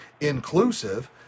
inclusive